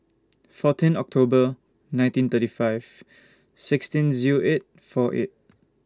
fourteen October nineteen thirty five sixteen Zero eight four eight